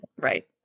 right